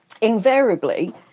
invariably